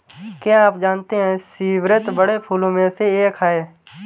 क्या आप जानते है स्रीवत बड़े फूलों में से एक है